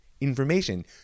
information